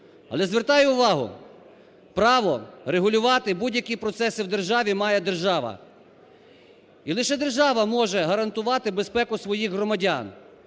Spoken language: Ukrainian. Але звертаю увагу, право регулювати будь-які процеси в державі має держава, і лише держава може гарантувати безпеку своїх громадян.